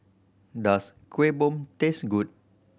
does Kueh Bom taste good